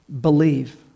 Believe